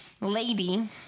lady